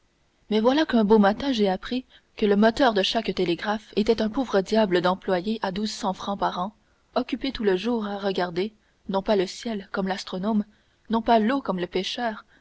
mais voilà qu'un beau matin j'ai appris que le moteur de chaque télégraphe était un pauvre diable d'employé à douze cents francs par an occupé tout le jour à regarder non pas le ciel comme l'astronome non pas l'eau comme le pêcheur